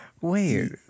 Wait